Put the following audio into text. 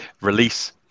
release